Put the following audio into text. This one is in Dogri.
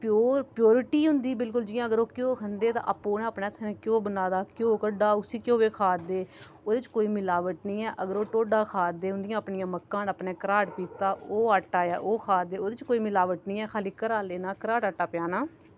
प्योर प्योरटी होंदी ही बिलकुल जियां अगर ओह् घ्यो खदें हे तां आपुं उने अपनें हत्थे ना घ्यो बना दा घ्यो कड्डा उस्सी घ्यो खांदे ओह्दे च कोई मिलावट निं ऐ अगर ओह् टोडा खा दे उंदियां अपनियां मक्कां न अपने घराट पीता ओह् आटा खादे ओह्दे कोई मिलावट निं ऐ खाली घरा लेना घराट आटा पेआना